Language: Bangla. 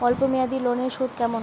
অল্প মেয়াদি লোনের সুদ কেমন?